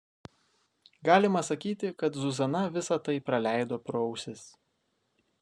galima sakyti kad zuzana visa tai praleido pro ausis